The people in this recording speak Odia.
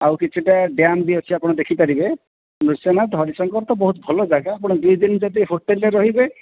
ଆଉ କିଛିଟା ଡ଼୍ୟାମ୍ ବି ଅଛି ଆପଣ ଦେଖି ପାରିବେ ନୃସିଙ୍ଗନାଥ ହରିଶଙ୍କର ତ ବହୁତ ଭଲ ଯାଗା ଆପଣ ଦୁଇ ଦିନ ଯଦି ହୋଟେଲ ରେ ରହିବେ